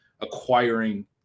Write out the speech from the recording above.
acquiring